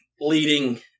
leading